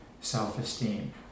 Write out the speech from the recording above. self-esteem